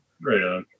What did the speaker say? right